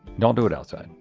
don't do it outside.